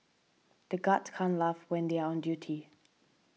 the guards can't laugh when they are on duty